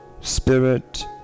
spirit